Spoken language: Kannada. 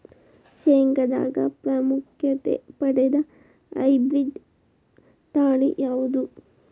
ಶೇಂಗಾದಾಗ ಪ್ರಾಮುಖ್ಯತೆ ಪಡೆದ ಹೈಬ್ರಿಡ್ ತಳಿ ಯಾವುದು?